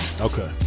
Okay